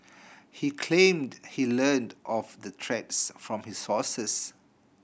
he claimed he learnt of the threats from his sources